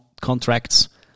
contracts